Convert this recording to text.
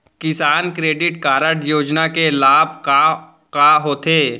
किसान credit card योजना के लाभ का का होथे?